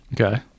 Okay